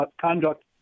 conduct